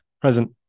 Present